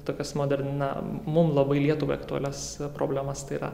tokius moderniam mums labai lietuvai aktualias problemas tai yra